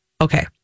Okay